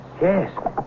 Yes